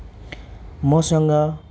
मसँग